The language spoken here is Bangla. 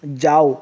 যাও